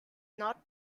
not